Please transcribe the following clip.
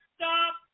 stop